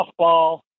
softball